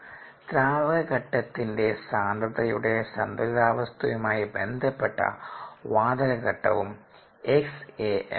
ദ്രാവക ഘട്ടത്തിന്റെ സാന്ദ്രതയുടെ സന്തുലിതാവസ്ഥയുമായി ബന്ധപ്പെട്ട വാതക ഘട്ടവും xALആണ്